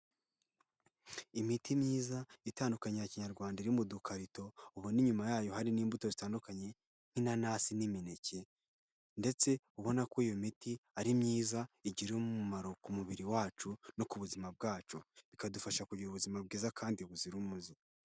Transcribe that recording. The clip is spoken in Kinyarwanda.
Imiti myiza itandukanya ya kinyarwanda iri mu dukarito ubona ni inyuma yayo hari n'imbuto zitandukanye nk'inanasi n'imineke, ndetse ubona ko iyo miti ari myiza igira umumaro ku mubiri wacu no ku buzima bwacu bikadufasha kugira ubuzima bwiza kandi buzira umuze.